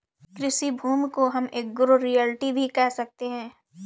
कृषि भूमि को हम एग्रो रियल्टी भी कह सकते है